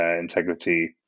integrity